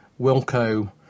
Wilco